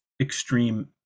extreme